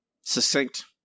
Succinct